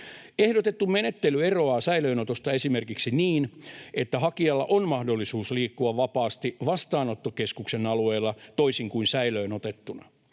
Ehdotettu menettely eroaa säilöönotosta esimerkiksi niin, että hakijalla on mahdollisuus liikkua vapaasti vastaanottokeskuksen alueella, toisin kuin säilöön otettuna.